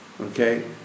Okay